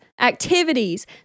activities